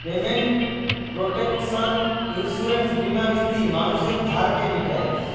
payment protection insurance বীমা নীতি মানুষের ধারকে মিটায়